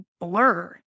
blur